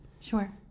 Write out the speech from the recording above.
Sure